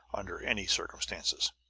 under any circumstances.